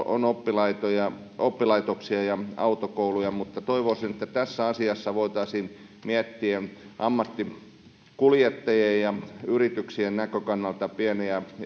on oppilaitoksia oppilaitoksia ja autokouluja mutta toivoisin että tässä asiassa voitaisiin miettiä ammattikuljettajien ja yrityksien näkökannalta pieniä